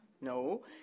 No